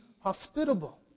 hospitable